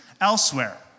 elsewhere